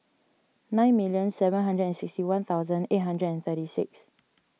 nine million seven hundred and sixty one thousand eight hundred and thirty six